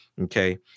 Okay